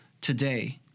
today